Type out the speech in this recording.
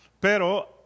pero